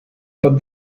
but